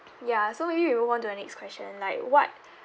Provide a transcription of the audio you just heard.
ya so maybe we move on to a next question like what